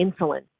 insulin